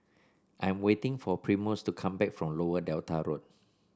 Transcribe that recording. I'm waiting for Primus to come back from Lower Delta Road